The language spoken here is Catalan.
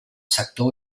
sector